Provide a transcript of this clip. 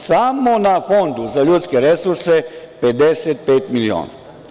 Samo na Fondu za ljudske resurse 55 miliona.